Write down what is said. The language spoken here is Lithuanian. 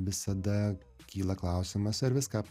visada kyla klausimas ar viską